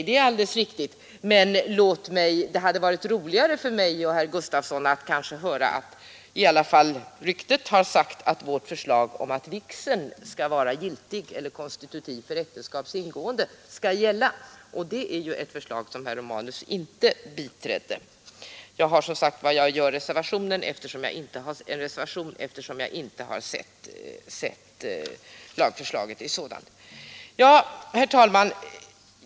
Det är alldeles riktigt, men det hade varit roligt för mig och för herr Torsten Gustavsson i Visby att höra om det är så som det sagts ryktesvis att vårt förslag om att vigseln skall vara konstitutiv för äktenskaps ingående har skrivits in i lagen. Och det är ju ett förslag som herr Romanus inte har biträtt. Men jag gör som sagt en reservation, eftersom jag inte har sett lagförslaget i frågan. Herr talman!